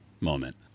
moment